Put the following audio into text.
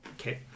Okay